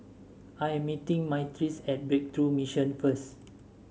I am meeting Myrtice at Breakthrough Mission first